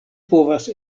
povas